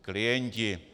Klienti.